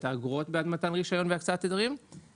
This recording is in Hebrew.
את האגרות בעד מתן רישיון והקצאת תדרים,